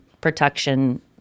protection